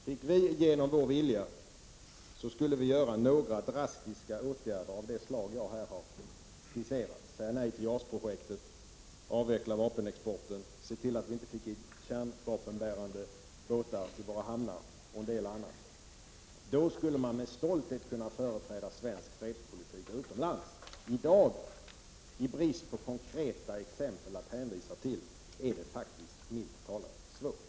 Fick vi igenom vår vilja, så skulle vi göra några drastiska åtgärder av det slag som jag här har skisserat: Säga nej till JAS-projektet, avveckla vapenexporten, se till att vi inte fick in kärnvapenbärande båtar i våra hamnar och en del annat. Då skulle man med stolthet kunna företräda svensk fredspolitik utomlands. I dag, i brist på konkreta exempel att hänvisa till, är det faktiskt milt talat svårt.